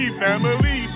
family